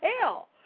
hell